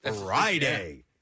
Friday